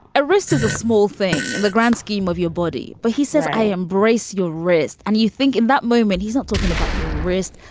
a wrist is a small thing in the grand scheme of your body. but he says, i embrace your wrist. and you think in that moment he's not talking about your wrist.